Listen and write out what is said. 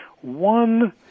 One